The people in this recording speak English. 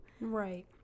Right